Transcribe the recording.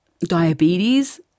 diabetes